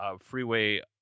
freeway